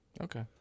Okay